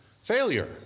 Failure